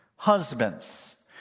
Husbands